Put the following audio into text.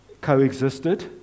coexisted